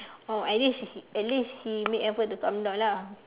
oh at least at least he make effort to come down lah